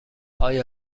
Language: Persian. آیا